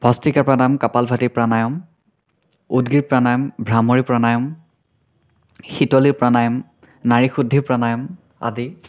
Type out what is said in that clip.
ভষ্টিকা প্ৰাদাম কপাল ভাটি প্ৰাণায়ম উদগ্ৰিদ প্ৰাণায়ম ভ্ৰামৰী প্ৰণায়ম শীতলী প্ৰাণায়ম নাৰী শুদ্ধি প্ৰাণায়ম আদি